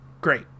Great